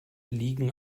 liegen